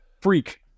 Freak